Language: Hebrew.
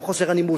גם חוסר הנימוס,